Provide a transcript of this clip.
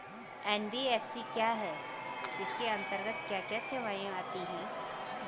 NBFC क्या है इसके अंतर्गत क्या क्या सेवाएँ आती हैं?